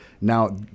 Now